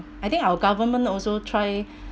I think our government also try